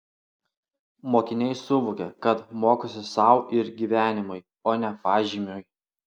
mokiniai suvokia kad mokosi sau ir gyvenimui o ne pažymiui